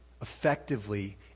effectively